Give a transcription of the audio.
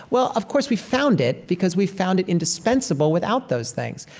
well, of course, we found it because we found it indispensable without those things.